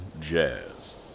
Jazz